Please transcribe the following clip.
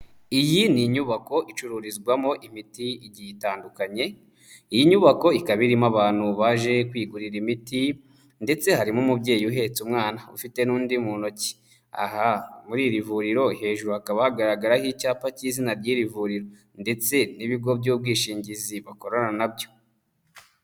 Iyi ni inyubako icururizwamo imiti igiye itandukanye, iyi nyubako ikaba irimo abantu baje kwigurira imiti ndetse harimo umubyeyi uhetse umwana ufite n'undi mu ntoki, aha muri iri vuriro hejuru hakaba hagaragaraho icyapa cy'izina ry'iri vuriro ndetse n'ibigo by'ubwishingizi bakorana nabyo.